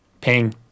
Ping